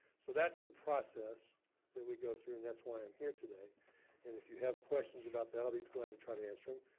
so that's the process that we go through and that's why i'm here today. and if you have questions about that, i'll be glad to try to answer em.